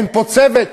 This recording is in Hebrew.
אין פה צוות.